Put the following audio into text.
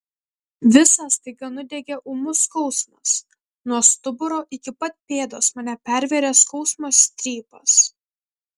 visą staiga nudiegė ūmus skausmas nuo stuburo iki pat pėdos mane pervėrė skausmo strypas